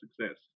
success